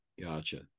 Gotcha